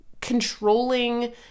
controlling